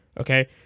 okay